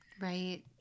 Right